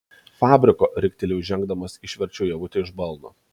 fabriko riktelėjau įžengdamas išverčiau ievutę iš balno